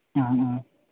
ആ ആ